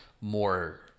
more